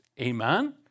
Amen